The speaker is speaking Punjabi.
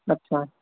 ਅੱਛਿਆ